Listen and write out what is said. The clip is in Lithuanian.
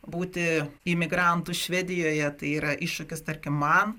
būti imigrantu švedijoje tai yra iššūkis tarkim man